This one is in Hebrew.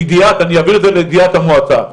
אני אעביר את זה לידיעת המועצה.